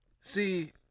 see